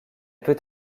peut